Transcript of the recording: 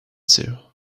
two